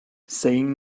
saying